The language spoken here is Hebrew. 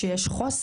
הטענה שיש חוסר.